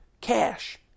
cash